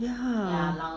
ya